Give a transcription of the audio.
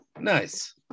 Nice